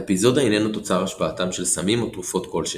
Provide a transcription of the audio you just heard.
האפיזודה איננה תוצר השפעתם של סמים או תרופות כלשהן.